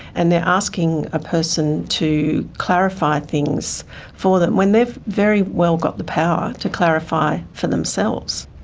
and they're asking a person to clarify things for them when they've very well got the power to clarify for themselves.